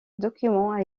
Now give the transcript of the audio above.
document